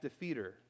defeater